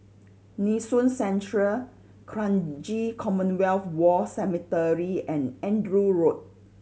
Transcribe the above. Nee Soon Central Kranji Commonwealth War Cemetery and Andrew Road